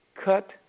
cut